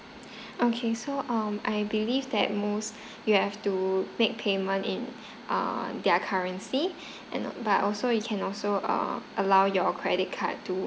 okay so um I believe that most you have to make payment in uh their currency and but also you can also uh allow your credit card to